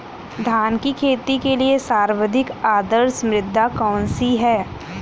धान की खेती के लिए सर्वाधिक आदर्श मृदा कौन सी है?